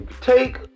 Take